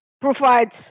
provides